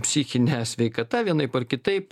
psichine sveikata vienaip ar kitaip